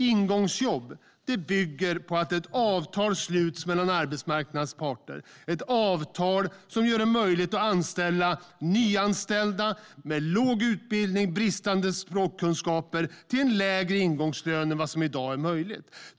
Ingångsjobb bygger på att ett avtal sluts mellan arbetsmarknadens parter, ett avtal som gör det möjligt att anställa nyanlända med låg utbildning och bristande språkkunskaper till en lägre ingångslön än vad som i dag är möjligt.